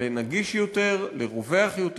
לנגיש יותר, לרווח יותר.